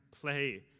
play